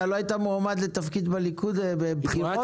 אתה לא היית מועמד לתפקיד בליכוד בבחירות?